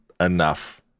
enough